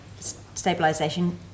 stabilisation